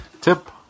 tip